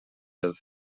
from